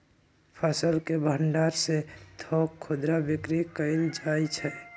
फसल के भण्डार से थोक खुदरा बिक्री कएल जाइ छइ